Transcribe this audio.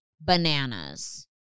bananas